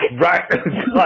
Right